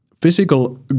physical